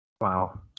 Wow